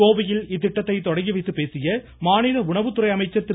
கோவையில் இத்திட்டத்தை தொடங்கி வைத்துப் பேசிய மாநில உணவுத்துறை அமைச்சர் திரு